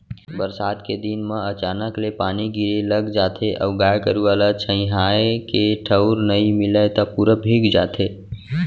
बरसात के दिन म अचानक ले पानी गिरे लग जाथे अउ गाय गरूआ ल छंइहाए के ठउर नइ मिलय त पूरा भींग जाथे